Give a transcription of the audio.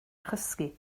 chysgu